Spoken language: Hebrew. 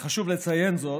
וחשוב לציין זאת,